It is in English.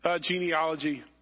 genealogy